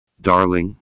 Darling